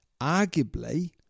arguably